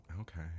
okay